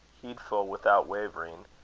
heedful without wavering,